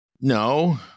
No